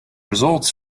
results